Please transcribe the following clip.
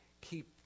keep